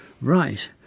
Right